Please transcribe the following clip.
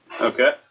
Okay